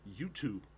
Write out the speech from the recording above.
YouTube